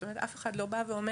זאת אומרת אף אחד לא בא ואומר,